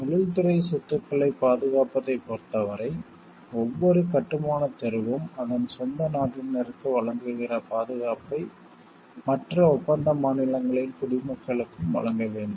தொழில்துறை சொத்துக்களைப் பாதுகாப்பதைப் பொறுத்தவரை ஒவ்வொரு கட்டுமானத் தெருவும் அதன் சொந்த நாட்டினருக்கு வழங்குகிற பாதுகாப்பை மற்ற ஒப்பந்த மாநிலங்களின் குடிமக்களுக்கும் வழங்க வேண்டும்